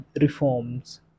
reforms